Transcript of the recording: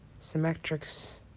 symmetrics